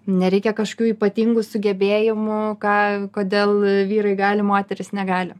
nereikia kažkokių ypatingų sugebėjimų ką kodėl vyrai gali moterys negali